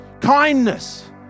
Kindness